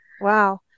Wow